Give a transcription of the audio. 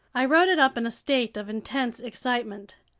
i wrote it up in a state of intense excitement.